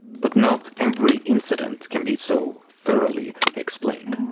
but not every incident can be so thoroughly explained.